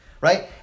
right